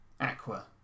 aqua